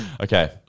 Okay